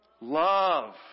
Love